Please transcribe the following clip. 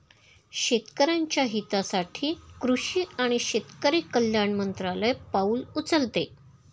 शेतकऱ्याच्या हितासाठी कृषी आणि शेतकरी कल्याण मंत्रालय पाउल उचलते